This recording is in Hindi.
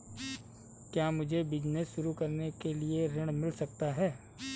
क्या मुझे बिजनेस शुरू करने के लिए ऋण मिल सकता है?